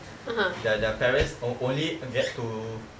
their their parents on~ only get to